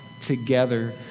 together